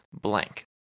blank